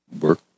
work